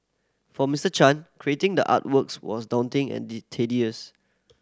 for Mister Chan creating the artworks was daunting and tedious